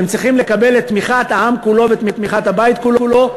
הם צריכים לקבל את תמיכת העם כולו ותמיכת הבית כולו.